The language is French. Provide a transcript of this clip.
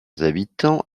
habitants